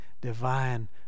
divine